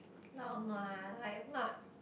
lao nua like not